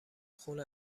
خونه